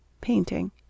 Painting